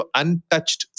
untouched